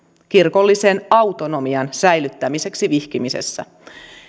kirkollisen autonomian säilyttämiseksi vihkimisessä